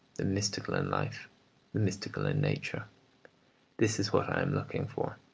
the mystical in life, the mystical in nature this is what i am looking for.